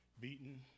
beaten